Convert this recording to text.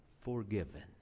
forgiven